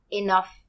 enough